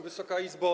Wysoka Izbo!